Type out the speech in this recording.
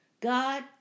God